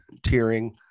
tiering